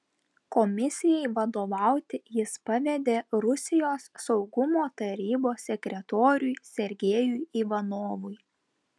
komisijai vadovauti jis pavedė rusijos saugumo tarybos sekretoriui sergejui ivanovui